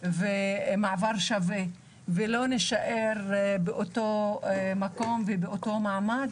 ושווה ולא נישאר באותו מקום ובאותו מעמד